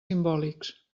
simbòlics